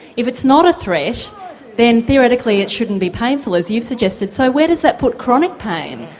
if it's not a threat then theoretically it shouldn't be painful as you've suggested. so where does that put chronic pain,